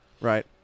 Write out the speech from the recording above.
Right